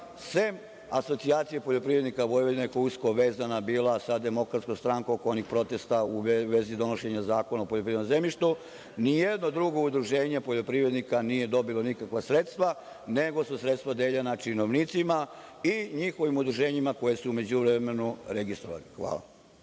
sem Asocijacije poljoprivrednika Vojvodine koja je usko vezana bila sa DS oko onih protesta u vezi donošenja Zakona o poljoprivrednom zemljištu, ni jedno drugo udruženje poljoprivrednika nije dobilo nikakva sredstva, nego su sredstva deljena činovnicima i njihovim udruženjima koje su u međuvremenu registrovali. Hvala.